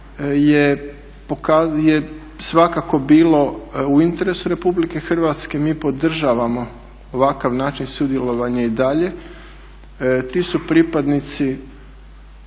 je svakako bilo u interesu RH, mi podržavamo ovakav način sudjelovanja i dalje. Ti su pripadnici